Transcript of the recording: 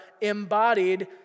embodied